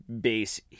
base